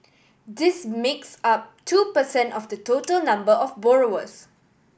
this makes up two per cent of the total number of borrowers